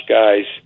guys